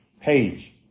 page